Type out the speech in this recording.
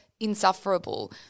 Insufferable